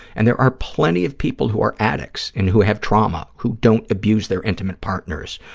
and there are plenty of people who are addicts and who have trauma who don't abuse their intimate partners.